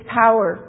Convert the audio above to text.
power